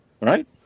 right